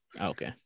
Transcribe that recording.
Okay